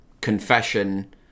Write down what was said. confession